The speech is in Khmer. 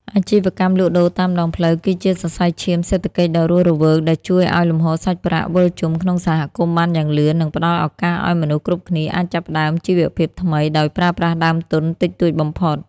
អាជីវកម្មលក់ដូរតាមដងផ្លូវគឺជាសរសៃឈាមសេដ្ឋកិច្ចដ៏រស់រវើកដែលជួយឱ្យលំហូរសាច់ប្រាក់វិលជុំក្នុងសហគមន៍បានយ៉ាងលឿន និងផ្ដល់ឱកាសឱ្យមនុស្សគ្រប់គ្នាអាចចាប់ផ្ដើមជីវភាពថ្មីដោយប្រើប្រាស់ដើមទុនតិចតួចបំផុត។